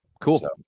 Cool